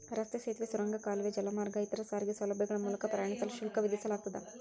ರಸ್ತೆ ಸೇತುವೆ ಸುರಂಗ ಕಾಲುವೆ ಜಲಮಾರ್ಗ ಇತರ ಸಾರಿಗೆ ಸೌಲಭ್ಯಗಳ ಮೂಲಕ ಪ್ರಯಾಣಿಸಲು ಶುಲ್ಕ ವಿಧಿಸಲಾಗ್ತದ